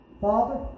Father